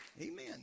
Amen